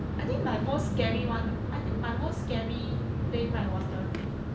I think my most scary one I think my most scary plane like was the